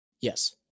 Yes